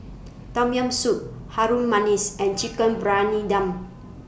Tom Yam Soup Harum Manis and Chicken Briyani Dum